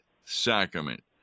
sacrament